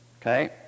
Okay